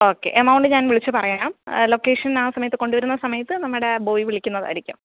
okay amount ഞാൻ വിളിച്ചു പറയാം ലൊക്കേഷൻ ആ സമയത്ത് കൊണ്ടുവരുന്ന സമയത്ത് നമ്മുടെ ബോയ് വിളിക്കുന്നതായിരിക്കും